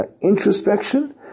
introspection